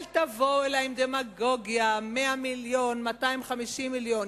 אל תבואו אלי עם דמגוגיה, 100 מיליון, 250 מיליון.